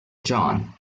john